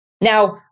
Now